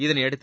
இதனையடுத்து